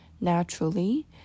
naturally